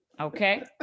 okay